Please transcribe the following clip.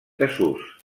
desús